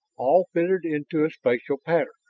all fitted into a special pattern.